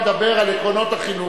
מדבר על עקרונות החינוך,